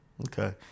okay